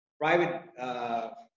private